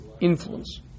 influence